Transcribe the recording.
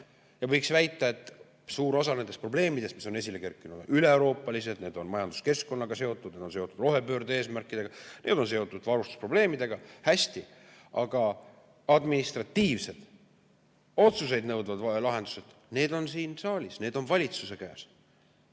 peal. Võiks väita, et suur osa nendest probleemidest, mis on esile kerkinud üleeuroopaliselt, need on seotud majanduskeskkonnaga, need on seotud rohepöörde eesmärkidega, need seotud varustusprobleemidega. Hästi! Aga administratiivseid otsuseid nõudvad lahendused on siin saalis, need on ka valitsuse käes.